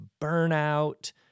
burnout